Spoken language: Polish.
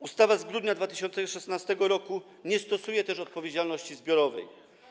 Ustawa z grudnia 2016 r. nie stosuje też odpowiedzialności zbiorowej.